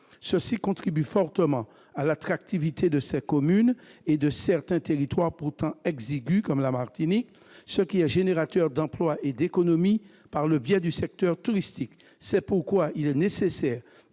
contribue fortement à l'attractivité de ces communes et de certains territoires pourtant exigus, comme la Martinique, ce qui crée des emplois et favorise l'économie, par le biais du secteur touristique. C'est pourquoi il est nécessaire de